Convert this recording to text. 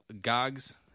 gogs